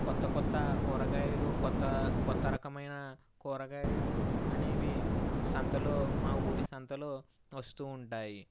కొత్త కొత్త కూరగాయలు కొత్త రకమైన కూరగాయలు అనేవి సంతలో మా ఊరి సంతలో వస్తు ఉంటాయి